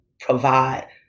provide